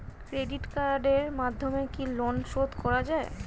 Credit কার্ডের মাধ্যমে কি লোন শোধ করা যায়?